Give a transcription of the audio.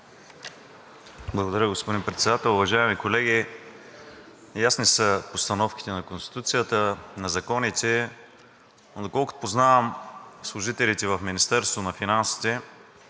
Благодаря, господин Председател. Уважаеми колеги, ясни са постановките на Конституцията, на законите, но доколкото познавам служителите в Министерството на финансите,